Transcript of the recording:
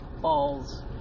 Balls